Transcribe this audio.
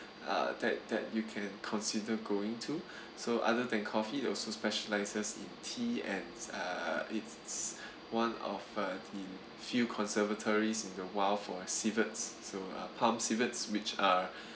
uh that that you can consider going to so other than coffee it also specializes in tea and uh it's one of the few conservatories in the wild for civets so uh palm civets which are